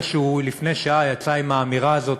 וכשלפני שעה הוא יצא עם האמירה הזאת